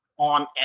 on